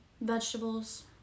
Vegetables